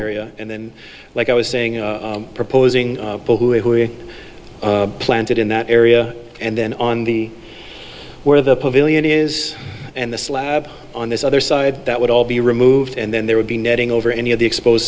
area and then like i was saying proposing bohu who are planted in that area and then on the where the pavilion is and the slab on this other side that would all be removed and then there would be netting over any of the expos